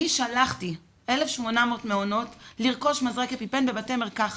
אני שלחתי 1,800 מעונות לרכוש מזרק אפיפן בבתי מרקחת.